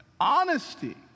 honesty